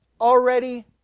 already